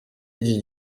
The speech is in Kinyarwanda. iki